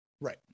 right